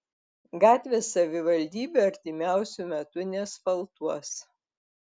gatvės savivaldybė artimiausiu metu neasfaltuos